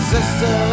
Sister